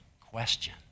question